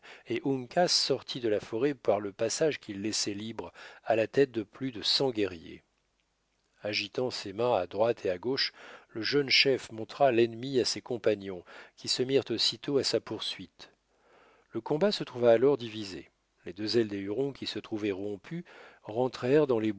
et uncas sortit de la forêt par le passage qu'ils laissaient libre à la tête de plus de cent guerriers agitant ses mains à droite et à gauche le jeune chef montra l'ennemi à ses compagnons qui se mirent aussitôt à sa poursuite le combat se trouva alors divisé les deux ailes des hurons qui se trouvaient rompues rentrèrent dans les